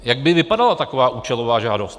Jak by vypadala taková účelová žádost?